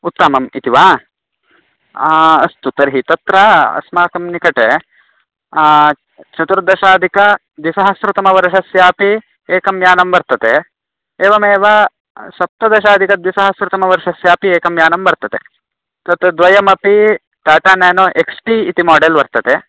उत्तमम् इति वा अस्तु तर्हि तत्र अस्माकं निकटे चतुर्दशाधिक द्विसहस्रतमवर्षस्यापि एकं यानं वर्तते एवमेव सप्तदशाधिकद्विसहस्रतमवर्षस्यापि एकं यानं वर्तते तत् द्वयमपि टाटा न्यानो एक्स् टि इति माडेल् वर्तते